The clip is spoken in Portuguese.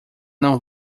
não